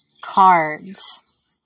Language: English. cards